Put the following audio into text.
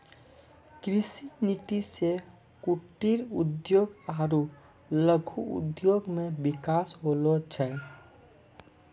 कृषि नीति से कुटिर उद्योग आरु लघु उद्योग मे बिकास होलो छै